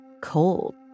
cold